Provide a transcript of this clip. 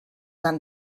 van